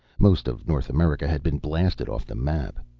most of north america had been blasted off the map.